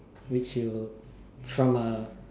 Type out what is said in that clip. which you will from a